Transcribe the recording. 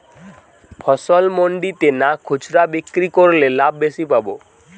ফসল মন্ডিতে না খুচরা বিক্রি করলে লাভ বেশি পাব?